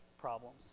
problems